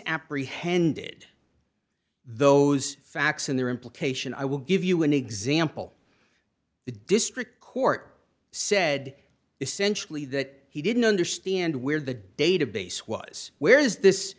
apprehended those facts in their implication i will give you an example the district court said essentially that he didn't understand where the database was where is this